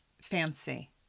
fancy